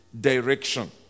direction